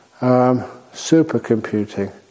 supercomputing